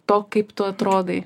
to kaip tu atrodai